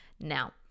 now